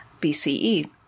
BCE